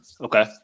okay